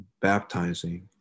baptizing